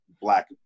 Black